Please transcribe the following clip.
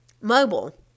mobile